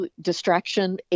distraction